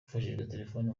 telefoni